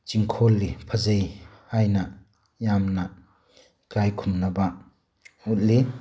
ꯆꯤꯡꯈꯣꯜꯂꯤ ꯐꯖꯩ ꯍꯥꯏꯅ ꯌꯥꯝꯅ ꯏꯀꯥꯏ ꯈꯨꯝꯅꯕ ꯎꯠꯂꯤ